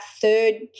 third